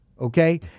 Okay